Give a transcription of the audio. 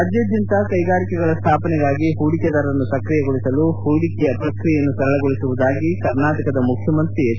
ರಾಜ್ಯದಾದ್ಯಂತ ಕೈಗಾರಿಕೆಗಳ ಸ್ಥಾಪನೆಗಾಗಿ ಹೂಡಿಕೆದಾರರನ್ನು ಸಕ್ರಿಯಗೊಳಿಸಲು ಹೂಡಿಕೆಯ ಪ್ರಕ್ರಿಯೆಯನ್ನು ಸರಳಗೊಳಿಸುವುದಾಗಿ ಕರ್ನಾಟಕದ ಮುಖ್ಯಮಂತ್ರಿ ಎಚ್